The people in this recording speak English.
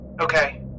Okay